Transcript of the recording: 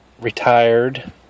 retired